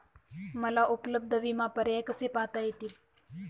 मला उपलब्ध विमा पर्याय कसे पाहता येतील?